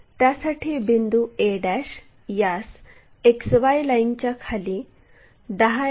त्यासाठी बिंदू a यास XY लाईनच्या खाली 10 मि